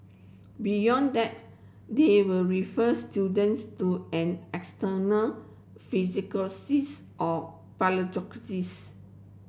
beyond that they will refer students to an external or